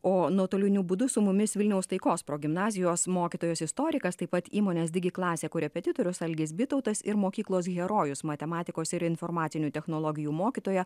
o nuotoliniu būdu su mumis vilniaus taikos progimnazijos mokytojos istorikas taip pat įmonės digi klasė korepetitorius algis bitautas ir mokyklos herojus matematikos ir informacinių technologijų mokytoja